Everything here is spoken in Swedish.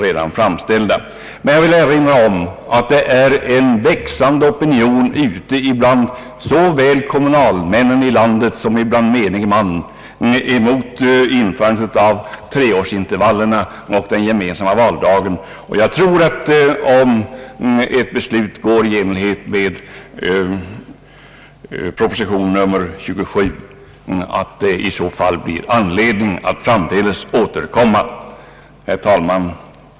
Jag vill emellertid erinra om att det är en växande opinion i landet såväl bland kommunalmännen som bland menige man mot införandet av treårsintervallerna och den gemensamma valdagen. Om ett beslut fattas i enlighet med förslaget i proposition nr 27 tror jag att det blir anledning att framdeles återkomma. Herr talman!